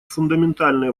фундаментальные